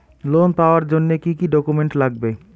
Loan পাওয়ার জন্যে কি কি ডকুমেন্ট লাগবে?